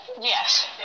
Yes